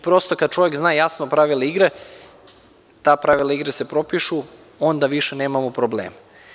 Prosto, kada čovek zna jasna pravila igre, ta pravila igre se propišu, onda više nemamo problema.